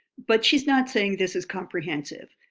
but she's not saying this is comprehensive.